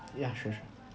yeah sure sure